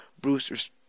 Bruce